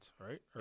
right